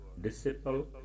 disciple